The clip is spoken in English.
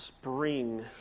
spring